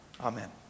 Amen